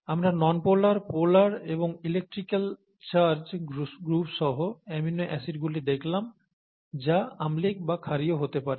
আমরা non polar polar এবং electrical charge গ্রুপসহ অ্যামিনো অ্যাসিডগুলি দেখলাম যা আম্লীক বা ক্ষারীয় হতে পারে